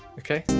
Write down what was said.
okay.